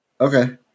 okay